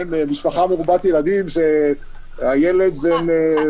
משפחה מרובת ילדים שהילד -- ברוכה, ברוכת ילדים.